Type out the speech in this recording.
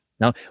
Now